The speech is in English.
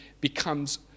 becomes